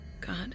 God